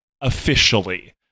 officially